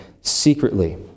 secretly